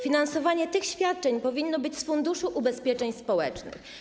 Finansowanie tych świadczeń powinno być z Funduszu Ubezpieczeń Społecznych.